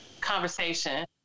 conversation